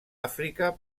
àfrica